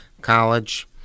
College